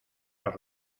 las